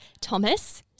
Thomas